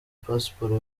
pasiporo